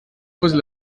fussel